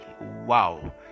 wow